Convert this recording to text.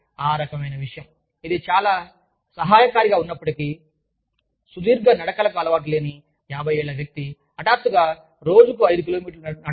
కాబట్టి ఆ రకమైన విషయం ఇది చాలా సహాయకారిగా ఉన్నప్పటికీ సుదీర్ఘ నడకలకు అలవాటు లేని 50 ఏళ్ల వ్యక్తి హఠాత్తుగా రోజుకు 5 కి